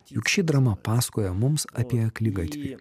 juk ši drama pasakoja mums apie akligatvį